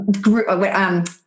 group